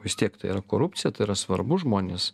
vis tiek tai yra korupcija tai yra svarbu žmonės